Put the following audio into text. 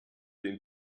den